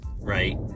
right